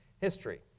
history